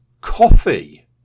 coffee